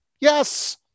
yes